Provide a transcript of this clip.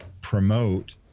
promote